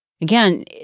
Again